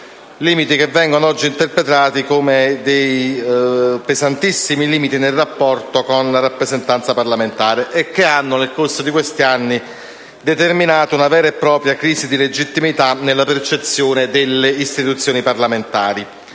nodi oggi vengono interpretati come pesantissimi limiti nel rapporto con la rappresentanza parlamentare, che nel corso degli ultimi anni hanno determinato una vera e propria crisi di legittimità nella percezione delle istituzioni parlamentari: